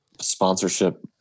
sponsorship